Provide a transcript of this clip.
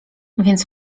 więc